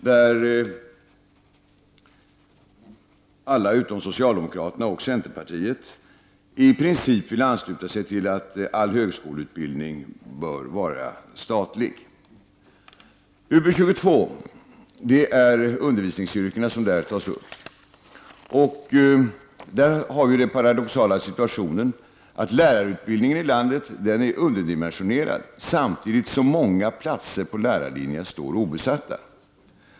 Här vill alla utom socialdemokraterna och centerpartiet i princip ansluta sig till uppfattningen att all högskoleutbildning bör vara statlig. I betänkandet UbU22 tas undervisningsyrkena upp. Här har vi den paradoxala situationen att lärarutbildningen i landet är underdimensionerad samtidigt som många platser på lärarlinjen står obesatta.